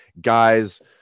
guys